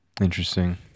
Interesting